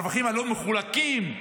הרווחים הלא-מחולקים.